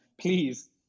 please